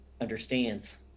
understands